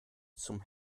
zum